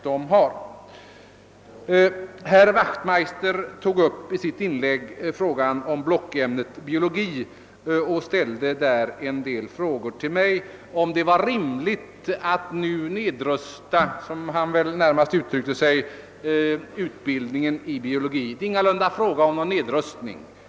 Herr Wachtmeister tog i sitt inlägg upp frågan om blockämnet biologi och ställde vissa frågor till mig. Bl.a. frågade han om det är rimligt att nu nedrusta utbildningen i biologi, som han väl närmast menade att det är fråga om. Det rör sig dock ingalunda om någon nedrustning.